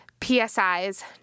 PSIs